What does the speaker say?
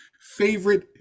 favorite